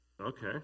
okay